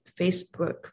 Facebook